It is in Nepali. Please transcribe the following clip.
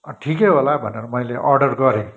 ठिकै होला भनेर मैले अर्डर गरेँ